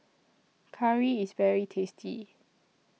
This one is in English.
Curry IS very tasty